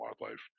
Wildlife